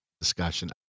discussion